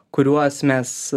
kuriuos mes